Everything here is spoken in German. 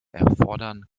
erfordern